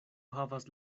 havas